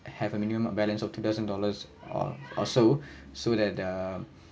have a minimum balance of two thousand dollars or or so so that the